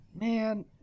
man